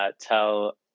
tell